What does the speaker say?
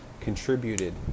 contributed